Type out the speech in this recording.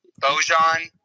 Bojan